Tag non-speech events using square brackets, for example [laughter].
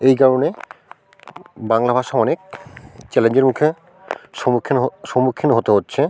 এই কারণে বাংলা ভাষা অনেক চ্যালেঞ্জের মুখে সম্মুখীন [unintelligible] সম্মুখীন হতে হচ্ছে